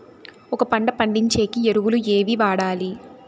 ఒక పంట పండించేకి ఎరువులు ఏవి వాడాలి?